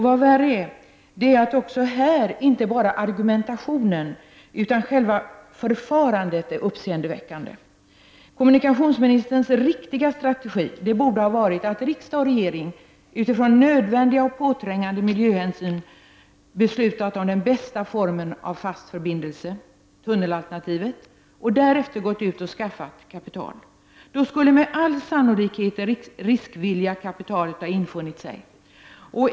Vad värre är, inte bara argumenten utan även själva förfarandet är uppseendeväckande. Kommunikationsministerns riktiga strategi borde ha varit att riksdag och regering utifrån nödvändiga och påträngande miljöhänsyn skulle ha beslutat om den bästa formen av fast förbindelse, tunnelalternativet, och därefter gått ut och skaffat kapital. Då skulle med all sannolikhet det riskvilliga kapitalet ha infunnit sig.